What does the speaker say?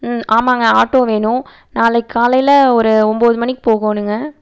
ம் ஆமாங்க ஆட்டோ வேணும் நாளைக்கு காலையில் ஒரு ஒம்பது மணிக்கு போகணுங்க